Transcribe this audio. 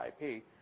IP